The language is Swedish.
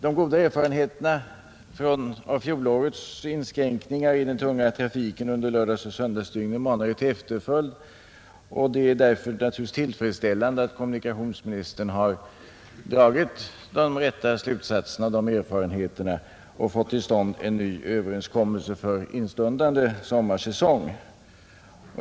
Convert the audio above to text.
De goda erfarenheterna av fjolårets inskränkningar i den tunga trafiken under lördagsoch söndagsdygnen manar ju till efterföljd, och det är därför naturligtvis tillfredsställande att kommunikationsministern har dragit de rätta slutsatserna av dessa erfarenheter och fått till stånd en ny överenskommelse för instundande sommarsäsong.